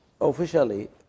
officially